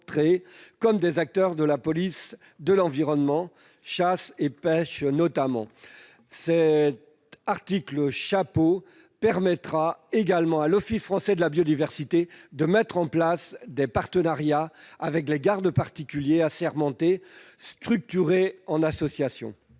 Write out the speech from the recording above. comme des acteurs de la police de l'environnement, notamment en matière de chasse et de pêche. Cet article « chapeau » permettra également à l'Office français de la biodiversité de mettre en place des partenariats avec les gardes particuliers assermentés structurés en association.